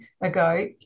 ago